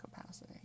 capacity